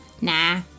Nah